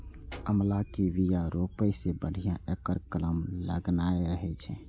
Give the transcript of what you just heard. आंवला के बिया रोपै सं बढ़िया एकर कलम लगेनाय रहै छै